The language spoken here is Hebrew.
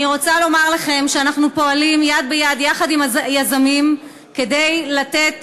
אני רוצה לומר לכם שאנחנו פועלים יד ביד יחד עם היזמים כדי לתת